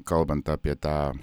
kalbant apie tą